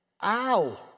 Ow